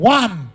one